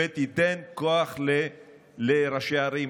ותיתן כוח לראשי הערים.